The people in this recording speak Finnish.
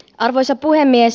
arvoisa puhemies